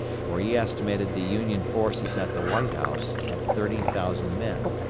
for he estimated the union forces at the white house at thirty thousand men,